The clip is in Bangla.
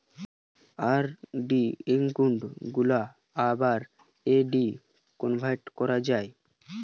আর.ডি একউন্ট গুলাকে আবার এফ.ডিতে কনভার্ট করা যায়